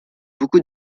beaucoup